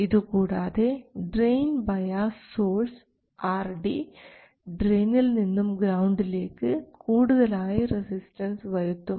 ഇതുകൂടാതെ drain bias source RD ഡ്രയിനിൽ നിന്നും ഗ്രൌണ്ടിലേക്ക് കൂടുതലായി റെസിസ്റ്റൻസ് വരുത്തും